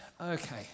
Okay